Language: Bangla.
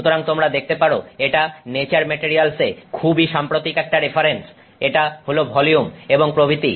সুতরাং তোমরা দেখতে পারো এটা নেচার মেটারিয়ালস এ খুবই সাম্প্রতিক একটা রেফারেন্স এটা হল ভলিউম এবং প্রভৃতি